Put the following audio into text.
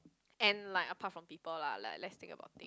and like apart of people lah like let's think about it